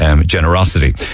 generosity